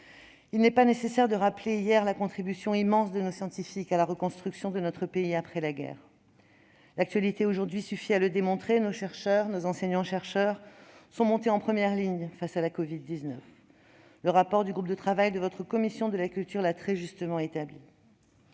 Il n'est pas nécessaire de rappeler la contribution immense de nos scientifiques à la reconstruction de notre pays après la guerre. L'actualité suffit à le démontrer : nos chercheurs et nos enseignants-chercheurs sont montés en première ligne face à la covid-19. Le rapport du groupe de travail de votre commission de la culture l'a très justement établi.